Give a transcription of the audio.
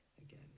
again